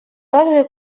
также